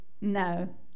no